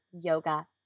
yoga